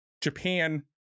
Japan